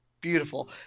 beautiful